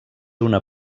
una